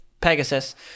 Pegasus